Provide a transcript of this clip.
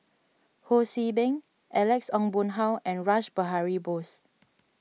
Ho See Beng Alex Ong Boon Hau and Rash Behari Bose